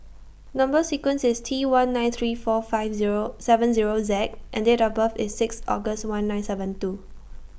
Number sequence IS T one nine three four five Zero seven Zero Z and Date of birth IS six August one nine seven two